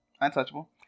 untouchable